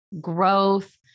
growth